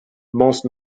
most